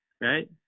right